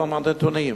אותם נתונים,